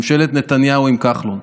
בממשלת נתניהו עם כחלון.